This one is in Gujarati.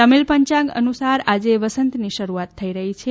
તમિલ પંચાગ અનુસાર આજે વસંતની શરૂઆત થઈ રહી છે